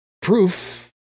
Proof